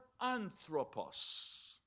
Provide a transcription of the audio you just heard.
anthropos